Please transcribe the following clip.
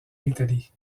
l’italie